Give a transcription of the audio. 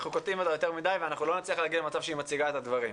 אנחנו קוטעים אותה יותר מדי ולא נגיע למצב בו היא מציגה את הדברים.